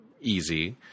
easy